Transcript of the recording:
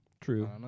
true